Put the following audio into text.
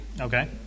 Okay